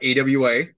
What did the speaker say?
AWA